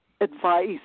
advice